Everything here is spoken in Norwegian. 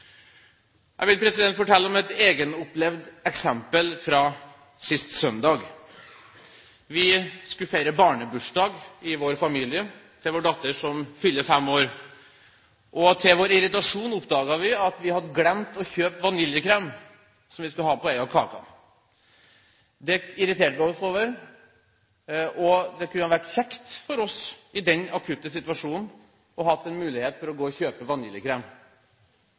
Jeg vil fortelle om et egenopplevd eksempel fra sist søndag. Vi skulle feire barnebursdag i vår familie for vår datter som fyller fem år. Til vår irritasjon oppdaget vi at vi hadde glemt å kjøpe vaniljekrem, som vi skulle ha på en av kakene. Det irriterte vi oss over, og det kunne vært kjekt for oss i den akutte situasjonen å ha en mulighet til å gå og kjøpe